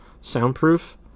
Soundproof